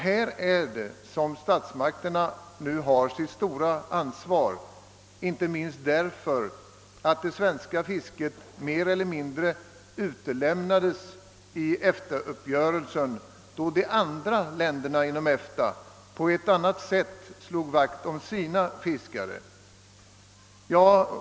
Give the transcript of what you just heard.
Här har statsmakterna ett stort ansvar inte minst därför att det svenska fisket mer eller mindre utelämnades vid EFTA-uppgörelsen, då de andra länderna inom EFTA på ett helt annat sätt än Sverige slog vakt om sina fiskare.